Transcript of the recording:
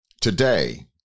today